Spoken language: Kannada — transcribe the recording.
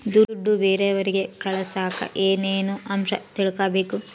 ದುಡ್ಡು ಬೇರೆಯವರಿಗೆ ಕಳಸಾಕ ಏನೇನು ಅಂಶ ತಿಳಕಬೇಕು?